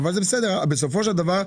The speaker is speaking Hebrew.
בסופו של דבר,